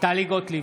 טלי גוטליב,